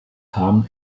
ham